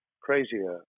crazier